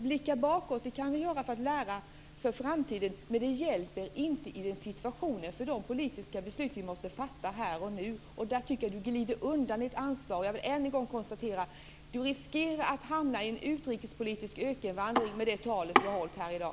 Blicka bakåt kan vi göra för att lära för framtiden, men det hjälper inte i den här situationen för de politiska beslut vi måste fatta här och nu. Där tycker jag att Murad Artin glider undan sitt ansvar. Jag vill än en gång konstatera: Murad Artin riskerar att hamna i en utrikespolitisk ökenvandring med det tal han hållit här i dag.